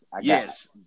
yes